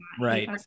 Right